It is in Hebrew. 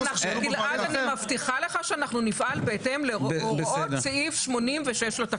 כפיפות המפכ"ל וכולי